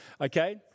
Okay